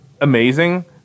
amazing